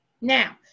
Now